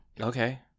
Okay